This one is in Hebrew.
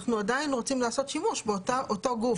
אנחנו עדיין רוצים לעשות שימוש באותו גוף